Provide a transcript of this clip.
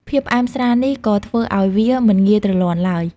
ភាពផ្អែមស្រាលនេះក៏ធ្វើឲ្យវាមិនងាយទ្រលាន់ឡើយ។